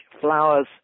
flowers